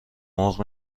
مرغ